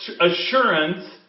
assurance